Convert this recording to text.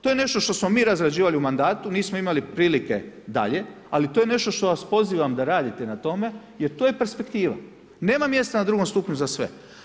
To je nešto što smo mi razrađivali u mandatu, nismo imali prilike dalje, ali to je nešto što vas pozivam da radite na tome, jer to je perspektiva, nema mjesta na drugom stupnju za sve.